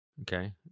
Okay